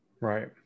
Right